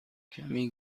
کمی